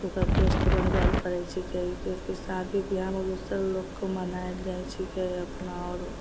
तऽ ओकरा दोस्त बनबै लऽ पड़ैत छै किएकि शादी बिआहमे रुसल लोककेँ मनाएल जाइत छिकै अपना आओर